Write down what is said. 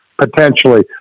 potentially